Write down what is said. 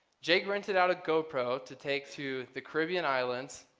jake rented out a gopro to take to the caribbean islands,